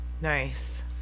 Nice